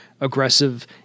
aggressive